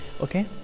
okay